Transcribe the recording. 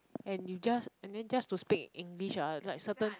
and you just and then just to speak in english ah like certain